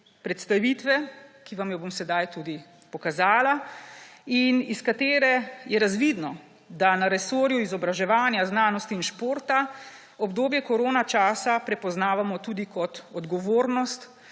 predstavitve, ki vam jo bom sedaj pokazala in iz katere je razvidno, da na resorju izobraževanja, znanosti in športa obdobje koronačasa prepoznavamo tudi kot odgovornost